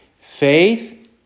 Faith